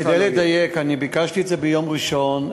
כדי לדייק: אני ביקשתי את זה ביום ראשון,